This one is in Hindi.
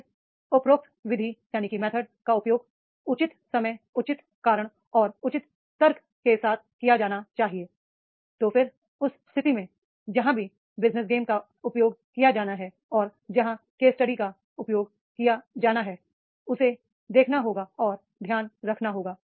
इसलिएउपयुक्त विधि का उपयोग उचित समय उचित कारण और उचित तर्क के साथ किया जाना चाहिए तो फिर उस स्थिति में जहां भी बिजनेस गेम का उपयोग किया जाना है और जहां केस स्टडी का उपयोग किया जाना है उसे देखना होगा और ध्यान रखना होगा